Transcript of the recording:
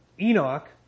Enoch